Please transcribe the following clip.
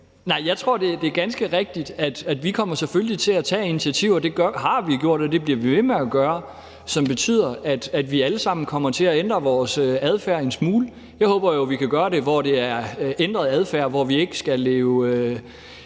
Nej, jeg tror, det er ganske rigtigt, at vi selvfølgelig kommer til at tage initiativer – det har vi gjort, og det bliver vi ved med at gøre – som betyder, at vi alle sammen kommer til at ændre vores adfærd en smule. Jeg håber jo, vi kan gøre det, så det er ændret adfærd, hvor vi ikke skal leve